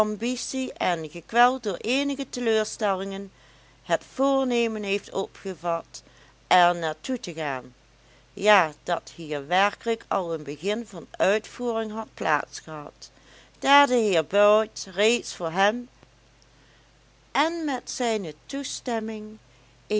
ambitie en gekweld door eenige teleurstellingen het voornemen heeft opgevat er naar toe te gaan ja dat hier werkelijk al een begin van uitvoering had plaats gehad daar de heer bout reeds voor hem en met zijne toestemming een